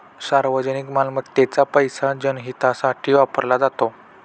सार्वजनिक मालमत्तेचा पैसा जनहितासाठी वापरला जातो